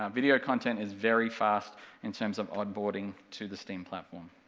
um video content is very fast in terms of onboarding to the steam platform.